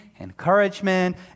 encouragement